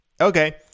Okay